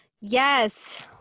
Yes